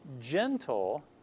gentle